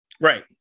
Right